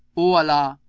o allah!